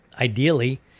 ideally